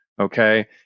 okay